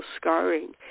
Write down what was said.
scarring